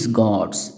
gods